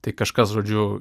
tai kažkas žodžiu